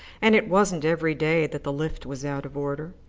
and it wasn't every day that the lift was out of order.